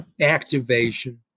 Activation